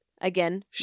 Again